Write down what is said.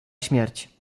śmierć